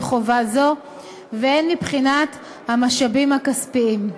חובה זו והן מבחינת המשאבים הכספיים.